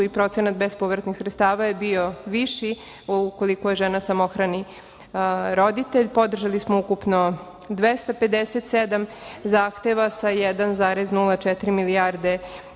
i procenat bespovratnih sredstava je bio viši ukoliko je žena samohrani roditelj. Podržali smo ukupno 257 zahteva sa 1,04 milijarde